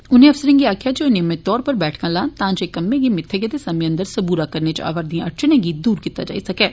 उनें अफसरें गी आक्खेआ जे ओह् नियमित तौर उप्पर बैठकां लान तां जे कम्मैं गी मित्थे गेदे समें अन्दर सूबरा करने इच आवा'रदिएं अड़चने गी दूर कीता जाई सकै